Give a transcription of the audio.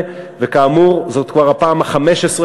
כך שתפקע ביום ד' באב תשע"ד,